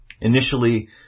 Initially